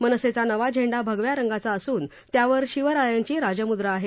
मनसेचा नवा झेंडा भगव्या रंगाचा असून त्यावर शिवरायांची राजम्द्रा आहे